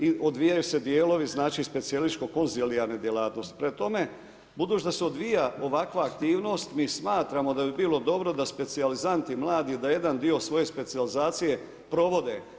I odvijaju se dijelovi specijalističko ... djelatnosti, prema tome budući da se odvija ovakva aktivnost mi smatramo da bi bilo dobro da specijalizanti mladi, da jedan dio svoje specijalizacije provode.